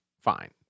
Fine